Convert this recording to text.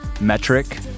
Metric